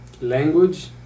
language